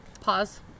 pause